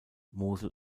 mosel